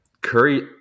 Curry